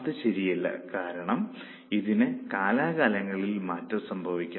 അത് ശരിയല്ല കാരണം ഇതിന് കാലാകാലങ്ങളിൽ മാറ്റം സംഭവിക്കാം